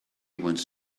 wants